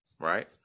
right